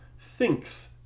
thinks